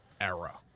era